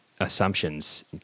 assumptions